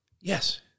Yes